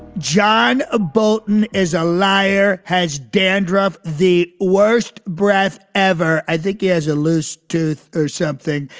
john ah bolton is a liar. has dandruff the worst breath ever? i think he has a loose tooth or something.